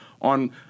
on